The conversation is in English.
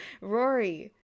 Rory